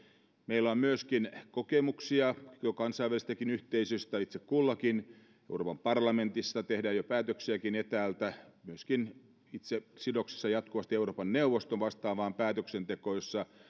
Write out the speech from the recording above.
meillä on myöskin jo kokemuksia kansainvälisestäkin yhteisöstä itse kullakin euroopan parlamentissa tehdään jo päätöksiäkin etäältä olen myöskin itse sidoksissa jatkuvasti euroopan neuvoston vastaavaan päätöksentekoon jossa